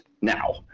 now